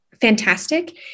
fantastic